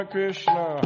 Krishna